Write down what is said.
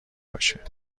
باشه